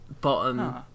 bottom